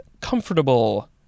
comfortable